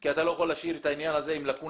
כי אתה לא יכול להשאיר את העניין הזה עם לקונה